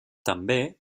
també